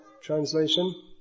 translation